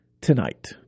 tonight